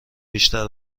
بیشتر